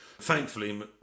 Thankfully